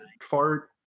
fart